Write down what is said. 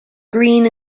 green